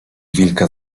wilka